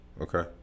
okay